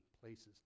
places